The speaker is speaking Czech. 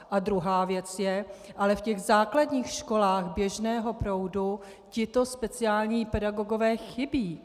A druhá věc je, v základních školách běžného proudu tito speciální pedagogové chybí.